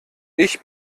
ich